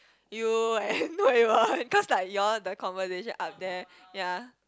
you and Hui-Wen cause like you all the conversation up there yea